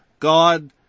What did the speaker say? God